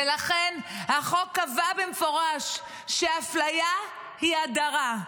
ולכן החוק קבע במפורש שאפליה היא הדרה.